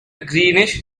greenish